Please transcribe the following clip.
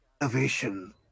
Innovation